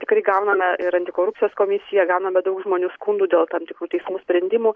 tikrai gauname ir antikorupcijos komisija gauname daug žmonių skundų dėl tam tikrų teismų sprendimų